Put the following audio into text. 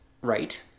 Right